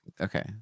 Okay